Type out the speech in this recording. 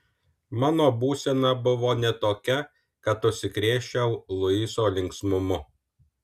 mano būsena buvo ne tokia kad užsikrėsčiau luiso linksmumu